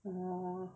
orh